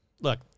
Look